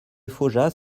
faujas